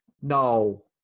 No